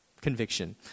Conviction